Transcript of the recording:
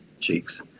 cheeks